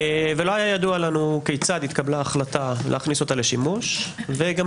ולא היה ידוע לנו כיצד התקבלה ההחלטה להכניסה לשימוש וגם